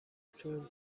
تون